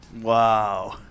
wow